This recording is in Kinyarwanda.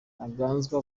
ntaganzwa